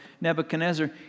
Nebuchadnezzar